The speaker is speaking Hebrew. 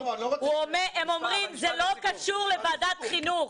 הם אומרים, זה לא קשור לוועדת חינוך.